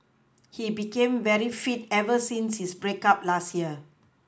he became very fit ever since his break up last year